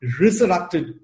resurrected